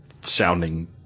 sounding